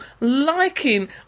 liking